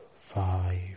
five